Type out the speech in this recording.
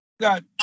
got